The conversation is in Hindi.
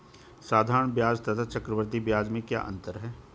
साधारण ब्याज तथा चक्रवर्धी ब्याज में क्या अंतर है?